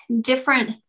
different